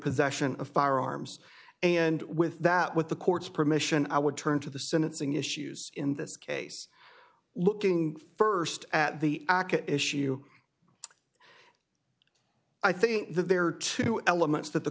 possession of firearms and with that with the court's permission i would turn to the sentencing issues in this case looking st at the issue i think that there are two elements that the